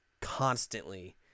constantly